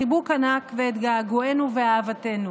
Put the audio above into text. חיבוק ענק ואת געגועינו ואהבתנו,